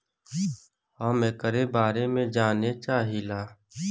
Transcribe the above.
हम एकरे बारे मे जाने चाहीला?